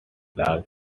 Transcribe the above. large